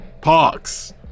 Parks